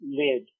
lid